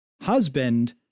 husband